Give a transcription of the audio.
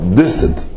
distant